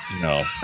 No